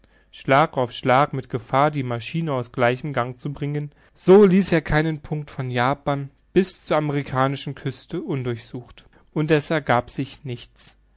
schlag auf schlag mit gefahr die maschine aus gleichem gang zu bringen so ließ er keinen punkt von japan bis zur amerikanischen küste undurchsucht und es ergab sich nichts